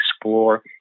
explore